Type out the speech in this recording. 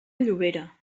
llobera